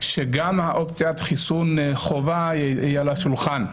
גם אופציית חיסון חובה היא על השולחן.